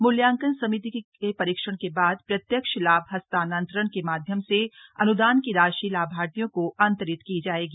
मूल्यांकन समिति के परीक्षण के बाद प्रत्यक्ष लाभ हस्तान्तरण के माध्यम से अन्दान की राशि लाभार्थियों को अन्तरित की जायेगी